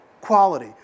quality